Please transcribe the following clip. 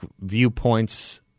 viewpoints